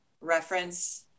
reference